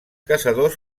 caçadors